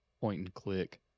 point-and-click